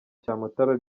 cyamutara